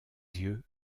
yeux